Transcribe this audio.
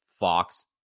Fox